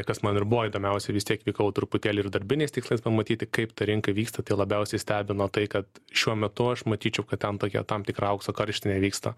kas man ir buvo įdomiausia ir vis tiek vykau truputėlį ir darbiniais tikslais bet matyti kaip ta rinka vyksta tai labiausiai stebino tai kad šiuo metu aš matyčiau kad ten tokia tam tikra aukso karštinė vyksta